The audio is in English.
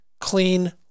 clean